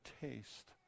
taste